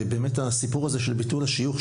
ובאמת הסיפור הזה של ביטול השיוך,